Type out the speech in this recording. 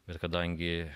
bet kadangi